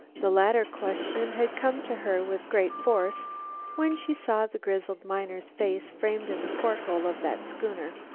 the latter question had come to her with great force when she saw the grizzled miner's face framed in the porthole of that schooner.